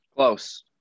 Close